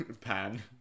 Pan